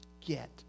get